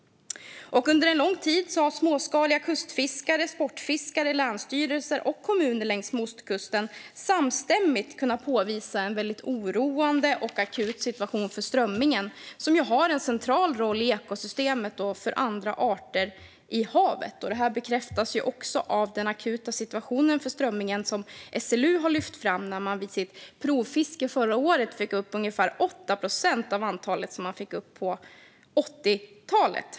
Under lång tid har småskaliga kustfiskare, sportfiskare, länsstyrelser och kommuner längs ostkusten samstämmigt kunnat påvisa en väldigt oroande och akut situation för strömmingen, som har en central roll i ekosystemet och för andra arter i havet. Den akuta situationen för strömmingen bekräftas av SLU, som vid provfiske förra året fick upp ungefär 8 procent av det antal som man fick upp på 80-talet.